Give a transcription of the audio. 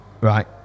Right